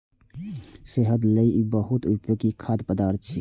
सेहत लेल ई बहुत उपयोगी खाद्य पदार्थ छियै